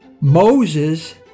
Moses